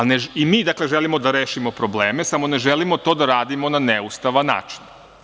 I mi, dakle, želimo da rešimo probleme, samo ne želimo da to radimo na neustavan način.